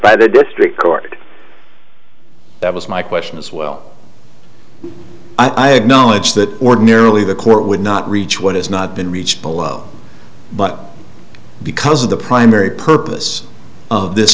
by the district court that was my question as well i acknowledge that ordinarily the court would not reach what has not been reached below but because of the primary purpose of this